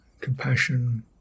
compassion